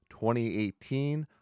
2018